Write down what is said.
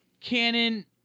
canon